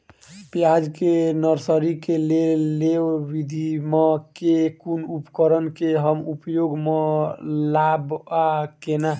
प्याज केँ नर्सरी केँ लेल लेव विधि म केँ कुन उपकरण केँ हम उपयोग म लाब आ केना?